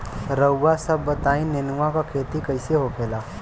रउआ सभ बताई नेनुआ क खेती कईसे होखेला?